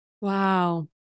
wow